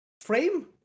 frame